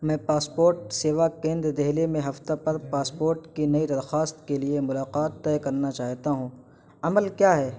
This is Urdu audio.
میں پاسپورٹ سیوا کیندر دہلی میں ہفتہ پر پاسپورٹ کی نئی درخواست کے لیے ملاقات طے کرنا چاہتا ہوں عمل کیا ہے